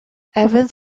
evans